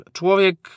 człowiek